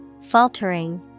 Faltering